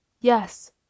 Yes